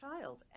child